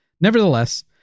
Nevertheless